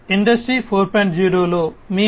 industry 4